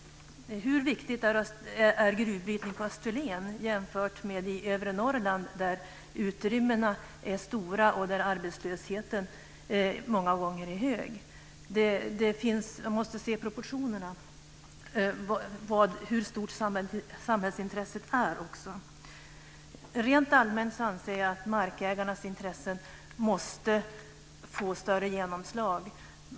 Hur viktigt är gruvbrytning på Österlen jämfört med övre Norrland, där utrymmena är stora och där arbetslösheten många gånger är hög? Man måste också se proportionerna, hur stort samhällsintresset är. Rent allmänt anser jag att markägarnas intressen måste få större genomslag.